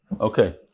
okay